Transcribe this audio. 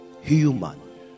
human